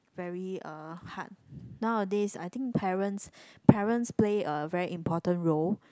very uh hard nowadays I think parents parents play a very important role